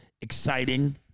exciting